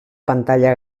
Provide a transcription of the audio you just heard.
pantalla